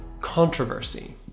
controversy